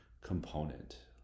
component